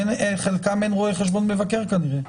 לחלקם אין רואה חשבון מבקר כנראה.